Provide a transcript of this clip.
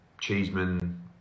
Cheeseman